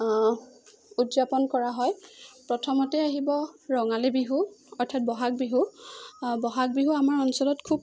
উদযাপন কৰা হয় প্ৰথমতে আহিব ৰঙালী বিহু অৰ্থাৎ বহাগ বিহু বহাগ বিহু আমাৰ অঞ্চলত খুব